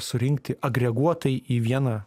surinkti agreguotai į vieną